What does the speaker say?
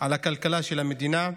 על הכלכלה של המדינה.